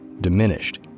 diminished